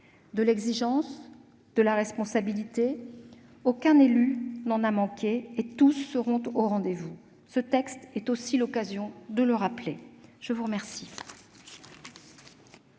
De l'exigence, de la responsabilité, aucun élu n'en a manqué et tous seront au rendez-vous. Ce texte est aussi l'occasion de le rappeler. La parole